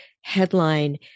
headline